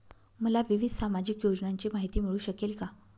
मला विविध सामाजिक योजनांची माहिती मिळू शकेल का?